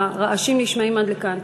הרעשים נשמעים עד לכאן.